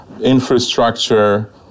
infrastructure